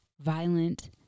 violent